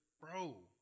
bro